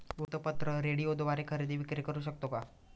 वृत्तपत्र, रेडिओद्वारे खरेदी विक्री करु शकतो का?